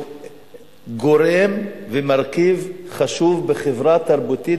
הוא גורם ומרכיב חשוב בחברה תרבותית